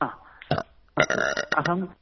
हा अस्तु अहं